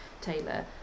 Taylor